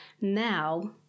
now